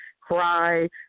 cry